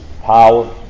power